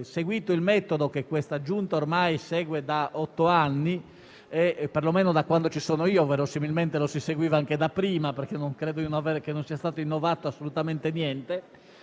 seguito il metodo che questa Giunta ormai segue da otto anni, per lo meno da quando ne faccio parte; verosimilmente, lo si seguiva anche da prima, perché non credo sia stato innovato assolutamente niente.